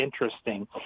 interesting